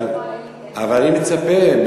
אבל אני מצפה,